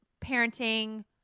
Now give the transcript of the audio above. parenting